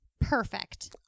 Perfect